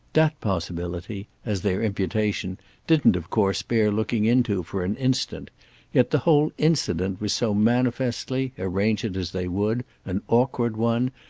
that possibility as their imputation didn't of course bear looking into for an instant yet the whole incident was so manifestly, arrange it as they would, an awkward one,